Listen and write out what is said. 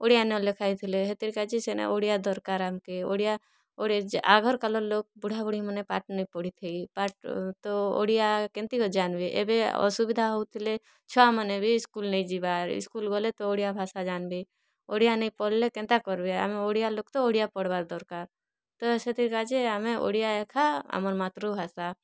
ଓଡ଼ିଆ ନ ଲେଖା ହେଇଥିଲେ ହେଥିର୍ କାଜି ସେନେ ଓଡ଼ିଆ ଦରକାର୍ ଆମ୍କେ ଓଡ଼ିଆ ଓଡ଼ିଆ ଯେ ଆଘର କାଲର ଲୋକ ବୁଢ଼ା ବୁଢ଼ୀ ମାନେ ପାଠ ନେଇ ପଢ଼ି ଥେଇ ପାଠ ତ ଓଡ଼ିଆ କେନ୍ତି କରି ଜା ନ୍ବେ ଏବେ ଅସୁବିଧା ହଉଥିଲେ ଛୁଆମାନେ ବି ଇସ୍କୁଲ ନେଇ ଯିବାର୍ ସ୍କୁଲ ଗଲେ ତ ଓଡ଼ିଆ ଭାଷା ଜାନ୍ବେ ଓଡ଼ିଆ ନେଇ ପଢ଼୍ଲେ କେନ୍ତା କର୍ବେ ଆମେ ଓଡ଼ିଆ ଲୋକ ତ ଓଡ଼ିଆ ପଢ଼୍ବାର୍ ଦରକାର୍ ତ ସେଥିର କାଜେ ଆମେ ଓଡ଼ିଆ ଏଖା ଆମର୍ ମାତୃଭାଷା